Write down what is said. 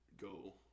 go